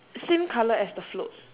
same colour as the float